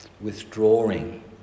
Withdrawing